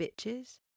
bitches